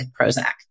Prozac